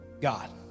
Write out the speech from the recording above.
God